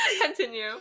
Continue